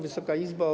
Wysoka Izbo!